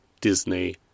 disney